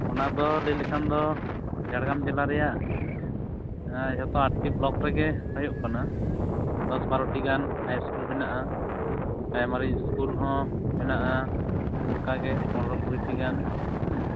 ᱚᱱᱟ ᱫᱚ ᱞᱟᱹᱭ ᱞᱮᱠᱷᱟᱱ ᱫᱚ ᱡᱷᱟᱲᱜᱨᱟᱢ ᱡᱮᱞᱟ ᱨᱮᱭᱟᱜ ᱡᱚᱛᱚ ᱟᱴᱴᱤ ᱵᱞᱚᱠ ᱨᱮᱜᱮ ᱦᱩᱭᱩᱜ ᱠᱟᱱᱟ ᱫᱚᱥ ᱵᱟᱨᱚᱴᱤ ᱜᱟᱱ ᱦᱟᱭ ᱤᱥᱠᱩᱞ ᱢᱮᱱᱟᱜᱼᱟ ᱯᱨᱟᱭᱢᱟᱨᱤ ᱤᱥᱠᱩᱞ ᱦᱚᱸ ᱢᱮᱱᱟᱜᱼᱟ ᱚᱱᱠᱟ ᱜᱮ ᱯᱚᱱᱨᱚ ᱠᱩᱲᱤ ᱴᱤ ᱜᱟᱱ